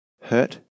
hurt